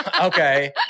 okay